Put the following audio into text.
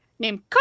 named